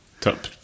Top